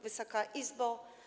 Wysoka Izbo!